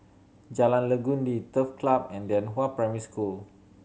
Jalan Legundi Turf Club and Lianhua Primary School